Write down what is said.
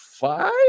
Five